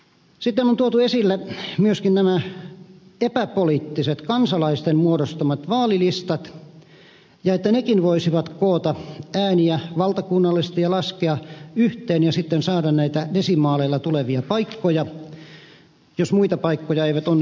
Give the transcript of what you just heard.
sitten on tuotu esille myöskin nämä epäpoliittiset kansalaisten muodostamat vaalilistat ja se että nekin voisivat koota ääniä valtakunnallisesti ja laskea niitä yhteen ja sitten saada näitä desimaaleilla tulevia paikkoja jos muita paikkoja eivät onnistuisi saamaan